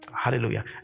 Hallelujah